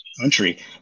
country